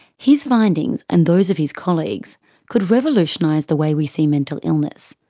his findings and those of his colleagues could revolutionise the way we see mental illness,